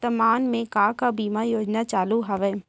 वर्तमान में का का बीमा योजना चालू हवये